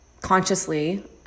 consciously